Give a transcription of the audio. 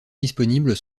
disponibles